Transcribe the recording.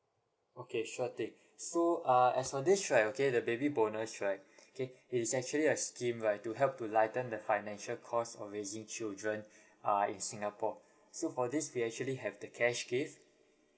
okay sure thing so uh as for this right okay the baby bonus right okay it is actually a scheme right to help to lighten the financial cost of raising children uh in singapore so for this we actually have the cash gift